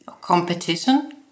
competition